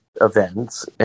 events